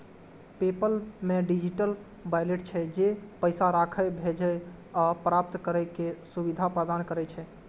PayPal मे digital wallet छै, जे पैसा राखै, भेजै आ प्राप्त करै के सुविधा प्रदान करै छै